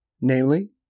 namely